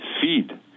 feed